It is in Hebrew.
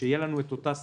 שתהיה לנו אותה שפה.